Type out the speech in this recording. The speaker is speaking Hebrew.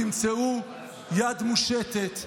תמצאו יד מושטת.